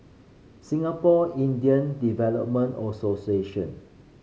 Singapore Indian Development Association